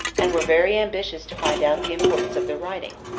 and were very ambitious to find out the importance of the writing,